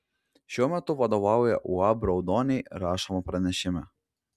šiuo metu vadovauja uab raudoniai rašoma pranešime